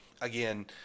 Again